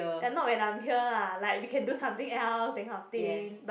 and not when I'm here lah like we can do something else that kind of thing but